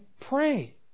pray